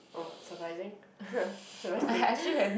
oh surprising surprising